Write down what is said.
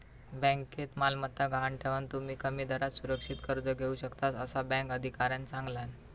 बँकेत मालमत्ता गहाण ठेवान, तुम्ही कमी दरात सुरक्षित कर्ज घेऊ शकतास, असा बँक अधिकाऱ्यानं सांगल्यान